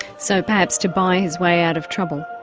so perhaps to buy his way out of trouble.